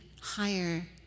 higher